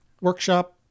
workshop